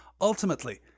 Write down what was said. ultimately